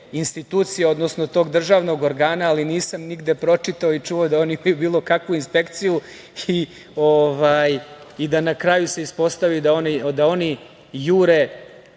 institucije, odnosno tog državnog organa ali nisam nigde pročitao i čuo da oni bilo kakvu inspekciju i da na kraju se ispostavi da oni jure